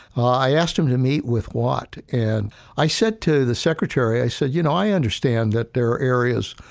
i asked him to meet with watt, and i said to the secretary, i said, you know, i understand that there are areas,